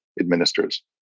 administers